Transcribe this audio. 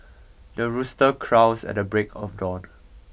the rooster crows at the break of dawn